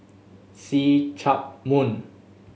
See Chak Mun